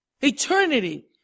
Eternity